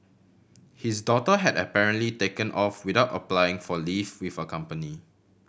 his daughter had apparently taken off without applying for leave with her company